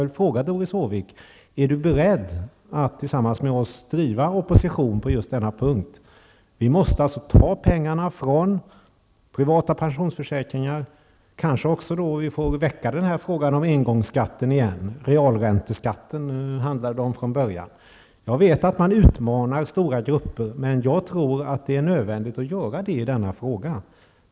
Är Doris Håvik beredd att tillsammans med vänsterpartiet driva opposition på just denna punkt? Vi måste ta pengarna från de privata pensionsförsäkringarna. Vi kanske får väcka frågan om engångsskatt igen. Från början handlade det om realränteskatt. Jag vet att detta är att utmana stora grupper, men jag tror att det är nödvändigt i denna fråga.